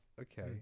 Okay